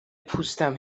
پوستم